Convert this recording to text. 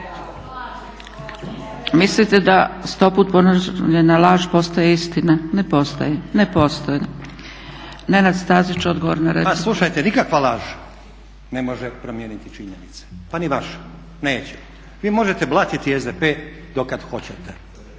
Mislite da stoput ponovljena laž postaje istina, ne postaje, ne postaje. Nenad Stazić, odgovor na repliku. **Stazić, Nenad (SDP)** Pa slušajte, nikakva laž ne može promijeniti činjenice pa ni vaša neće. Vi možete blatiti SDP dokad hoćete